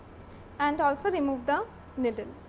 and also remove the needle.